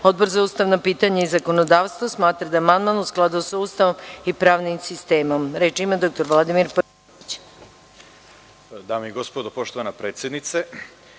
za ustavna pitanja i zakonodavstvo smatra da je amandman u skladu sa Ustavom i pravnim sistemom. Reč ima dr Vladimir Pavićević.